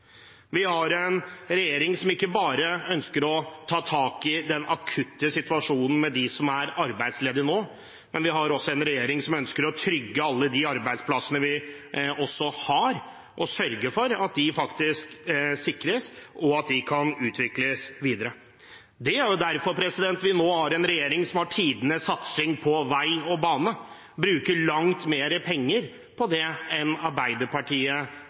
Vi har en regjering som ikke bare ønsker å ta tak i den akutte situasjonen med dem som er arbeidsledige nå, men vi har også en regjering som ønsker å trygge alle de arbeidsplassene vi har, og sørge for at de faktisk sikres og kan utvikles videre. Det er derfor vi har en regjering som har tidenes satsing på vei og bane, og som bruker langt mer penger på det enn Arbeiderpartiet